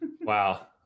wow